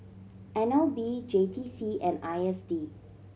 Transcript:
N L B J T C and I S D